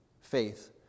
faith